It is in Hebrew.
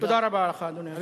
תודה רבה לך, אדוני היושב-ראש.